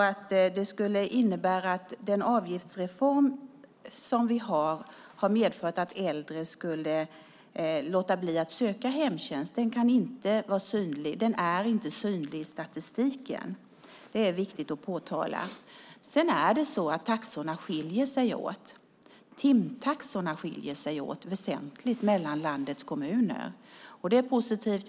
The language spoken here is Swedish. Att den avgiftsreform som vi har skulle ha medfört att äldre låter bli att söka hemtjänst kan inte ses i statistiken. Det är viktigt att påtala. Det stämmer att taxorna skiljer sig åt. Timtaxorna skiljer sig åt väsentligt mellan landets kommuner. Det är positivt.